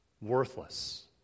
worthless